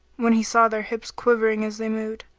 when he saw their hips quivering as they moved,